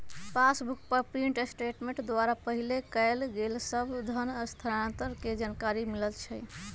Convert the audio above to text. passbook पर print statement द्वारा पहिले कएल गेल सभ धन स्थानान्तरण के जानकारी मिलइ छइ